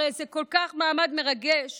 הרי זה מעמד כל כך מרגש